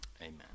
amen